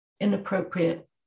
inappropriate